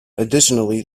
additionally